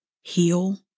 heal